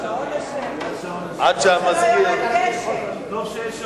טוב שיש שעון.